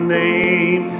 name